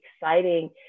exciting